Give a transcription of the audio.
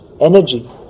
energy